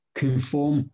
conform